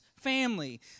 family